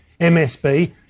MSB